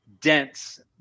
dense